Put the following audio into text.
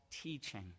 teaching